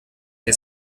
que